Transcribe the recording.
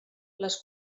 les